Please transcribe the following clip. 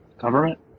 Government